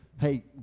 hey